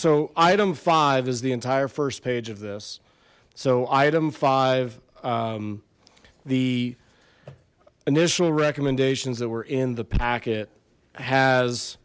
so item five is the entire first page of this so item five the initial recommendations that were in the packet has